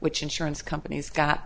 which insurance companies